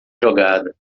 jogada